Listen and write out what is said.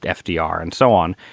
yeah fdr and so on.